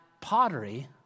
pottery